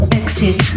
exit